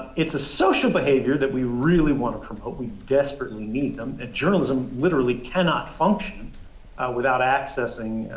it's a social behaviour that we really want to promote. we desperately need them and journalism literally cannot function without accessing,